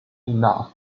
enough